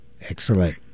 excellent